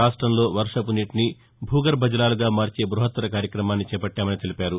రాష్టంలో వర్షపు నీటిని భూగర్బజలాలుగా మార్చే బృహాత్తర కార్యక్రమాన్ని చేపట్టామని తెలిపారు